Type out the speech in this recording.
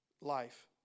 life